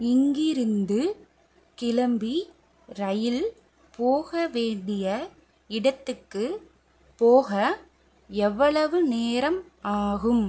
இங்கிருந்து கிளம்பி ரயில் போக வேண்டிய இடத்துக்கு போக எவ்வளவு நேரம் ஆகும்